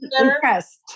impressed